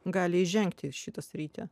gali įžengti į šitą sritį